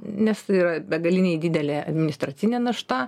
nes tai yra begaliniai didelė administracinė našta